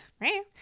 right